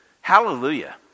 Hallelujah